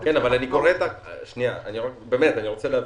אני רוצה להבין.